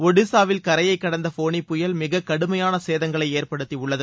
ஒடிசாவில் கரையை கடந்த போனி புயல் மிக கடுமையான சேதங்களை ஏற்படுத்தி உள்ளது